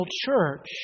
church